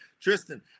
Tristan